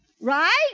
Right